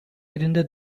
birinde